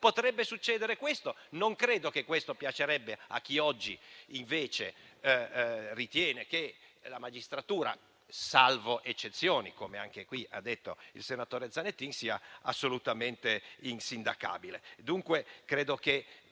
Potrebbe succedere questo e non credo che piacerebbe a chi oggi invece ritiene che la magistratura, salvo eccezioni (come anche qui ha detto il senatore Zanettin), sia assolutamente insindacabile. Nessuno intende